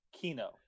Kino